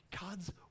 God's